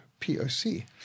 POC